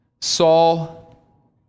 Saul